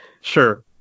Sure